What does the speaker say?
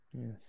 Yes